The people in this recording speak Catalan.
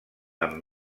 amb